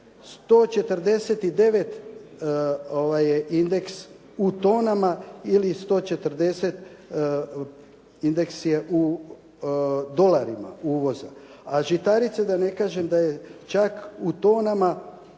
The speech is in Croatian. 149 indeks u tonama ili 140 indeks je u dolarima uvoza. A žitarice da ne kažem da je čak u tonama